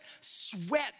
sweat